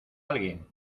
alguien